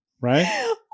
Right